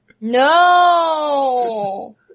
No